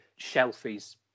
shelfies